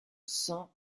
cent